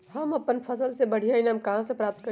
हम अपन फसल से बढ़िया ईनाम कहाँ से प्राप्त करी?